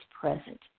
present